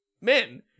men